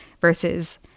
versus